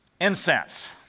incense